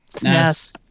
Yes